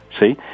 See